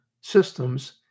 systems